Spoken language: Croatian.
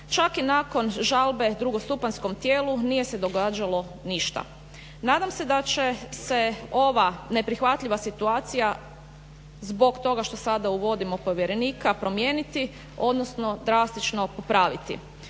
čak i nakon žalbe drugostupanjskom tijelu nije se događalo ništa. Nadam se da će se ova neprihvatljiva situacija zbog toga što sada uvodimo povjerenika promijeniti, odnosno drastično popraviti.